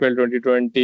2020